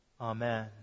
Amen